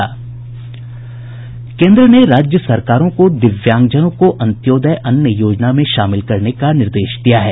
केन्द्र ने राज्य सरकारों को दिव्यांगजनों को अंत्योदय अन्न योजना में शामिल करने का निर्देश दिया है